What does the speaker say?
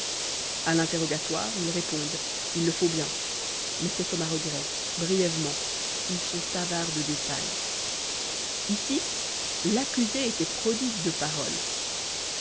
à l'interrogatoire ils répondent il le faut bien mais c'est comme à regret brièvement ils sont avares de détails ici l'accusé était prodigue de paroles